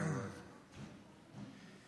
אז אני אומר לא יפה.